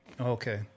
Okay